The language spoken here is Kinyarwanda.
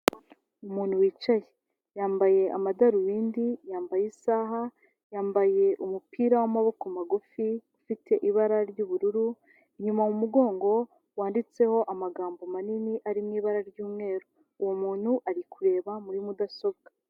Umuntu wicaye yambaye amadarubindi, yambaye isaha, yambaye umupira w'amaboko magufi ufite ibara ry'ubururu. Inyuma mu mugongo handitseho amagambo manini ari mu ibara ry'umweru. Uwo muntu ari kureba muri mudasobwa.